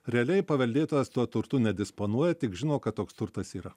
realiai paveldėtojas tuo turtu nedisponuoja tik žino kad toks turtas yra